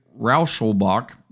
Rauschelbach